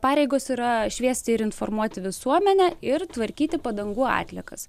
pareigos yra šviesti ir informuoti visuomenę ir tvarkyti padangų atliekas